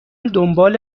دنبال